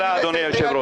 תודה, אדוני היושב-ראש.